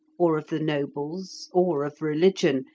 or of the nobles, or of religion,